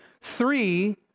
three